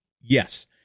yes